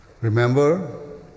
Remember